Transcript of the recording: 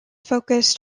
focused